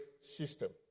system